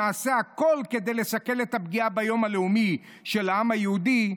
נעשה הכול כדי לסכל את הפגיעה ביום הלאומי של העם היהודי,